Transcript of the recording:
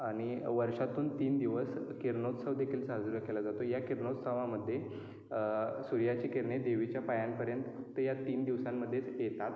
आणि वर्षातून तीन दिवस किरणोत्सवदेखील साजरा केला जातो या किरणोत्सवामध्ये सूर्याची किरणे देवीच्या पायांपर्यंत या तीन दिवसांमध्येच येतात